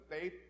Faith